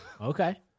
Okay